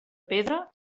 pedra